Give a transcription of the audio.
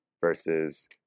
versus